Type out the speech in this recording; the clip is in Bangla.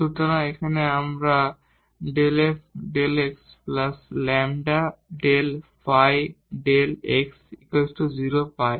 সুতরাং এখানে আমরা ∂ f ∂ xλ∂ ϕ ∂ x 0 পাই